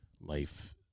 life